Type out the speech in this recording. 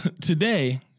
Today